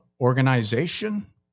organization